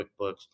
QuickBooks